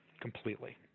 completely